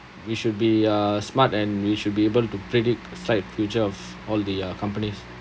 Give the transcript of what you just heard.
we should be uh smart and we should be able to predict sight future of all the uh companies